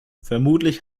vermutlich